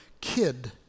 kid